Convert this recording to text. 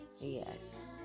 Yes